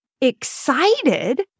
excited